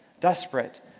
desperate